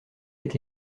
est